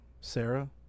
Sarah